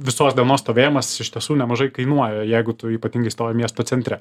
visos dienos stovėjimas iš tiesų nemažai kainuoja jeigu tu ypatingai stovi miesto centre